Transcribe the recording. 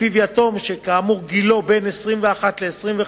שלפיו יתום כאמור שגילו בין 21 ל-25